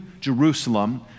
Jerusalem